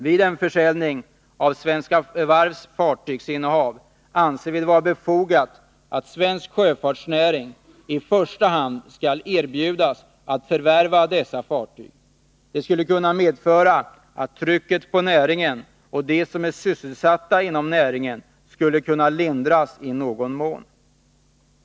Vid en försäljning av Svenska Varvs fartygsinnehav anser vi det vara befogat att svensk sjöfartsnäring i första hand skall erbjudas att förvärva dessa fartyg. Det skulle kunna medföra att trycket på näringen och på dem som är sysselsatta inom näringen skulle kunna lindras i någon mån.